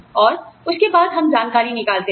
और उसके बाद हम जानकारी निकालते थे